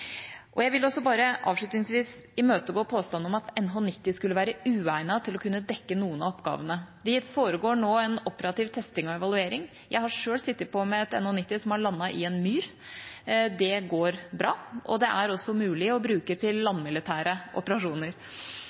det. Jeg vil også imøtegå påstanden om at NH90 skulle være uegnet til å kunne dekke noen av oppgavene. Det foregår nå en operativ testing og evaluering. Jeg har selv sittet på med et NH90 som har landet i en myr. Det går bra, og det er også mulig å bruke til landmilitære operasjoner.